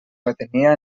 retenia